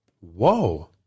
Whoa